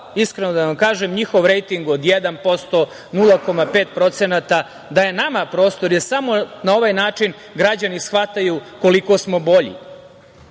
nama to odgovara. Njihov rejting od 1%, 0,5%, daje nama prostor, jer samo na ovaj način građani shvataju koliko smo bolji,